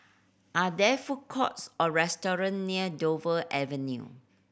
are there food courts or restaurant near Dover Avenue